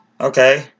Okay